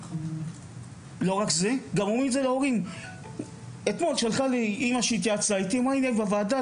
אתמול התייעצה איתי אימא שהייתה בוועדה.